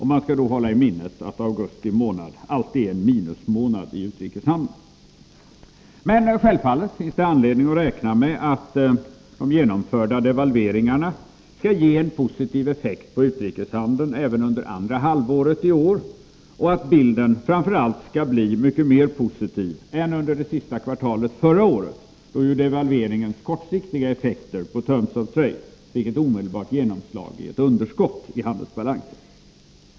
Man skall då hålla i minnet att augusti månad alltid är en minusmånad i utrikeshandeln. Men självfallet finns det anledning att räkna med att de genomförda devalveringarna skall ge en positiv effekt på utrikeshandeln även under andra halvåret i år och att bilden framför allt skall bli mycket mer positiv än under det sista kvartalet förra året, då ju devalveringens kortsiktiga effekter på ”terms of trade” fick ett omedelbart genomslag i ett underskott i handelsbalansen.